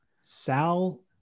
sal